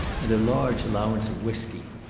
and a large allowance of whiskey.